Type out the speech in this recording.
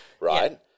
right